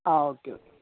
ആ okay okay